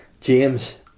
James